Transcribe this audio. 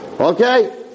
Okay